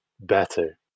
better